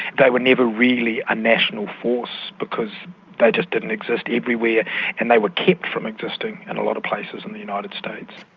they were never really a national force because they just didn't exist everywhere and they were kept from existing in and a lot of places in the united states.